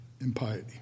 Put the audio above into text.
impiety